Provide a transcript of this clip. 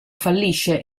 fallisce